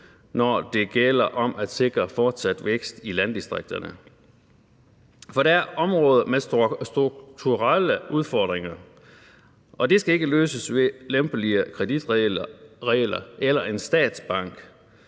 når det gælder om at sikre fortsat vækst i landdistrikterne. For der er områder med strukturelle udfordringer, og det skal ikke løses med lempeligere kreditregler eller en statsbank.